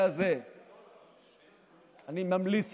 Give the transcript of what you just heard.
אני מקווה